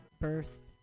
First